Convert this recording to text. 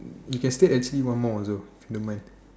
you can state actually one more also don't mind